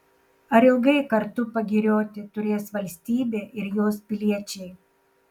ar ilgai kartu pagirioti turės valstybė ir jos piliečiai